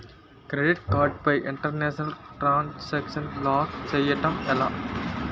Credit card పై international transaction block చేయటం ఎలా?